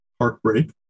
heartbreak